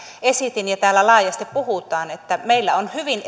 esitin ja täällä laajasti puhutaan että meillä on hyvin